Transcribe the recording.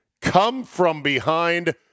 come-from-behind